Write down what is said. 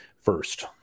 first